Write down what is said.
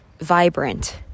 vibrant